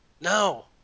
No